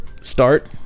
start